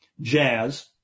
jazz